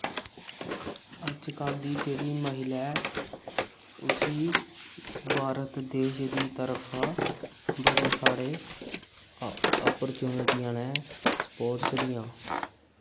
अज्ज कल दी जेह्ड़ी महिला ऐ उसी भारत देश दी तरफा बड़े सारे अपरचुनटियां न स्पोर्टस दियां